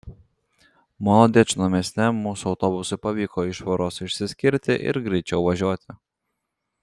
molodečno mieste mūsų autobusui pavyko iš voros išsiskirti ir greičiau važiuoti